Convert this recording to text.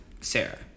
Sarah